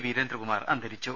വീരേന്ദ്രകുമാർ അന്തരിച്ചു